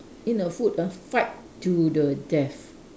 in a food ah fight to the death